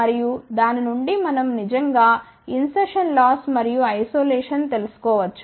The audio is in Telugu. మరియు దాని నుండి మనం నిజంగా ఇన్ సర్షన్ లాస్ మరియు ఐసోలేషన్ తెలుసుకో వచ్చు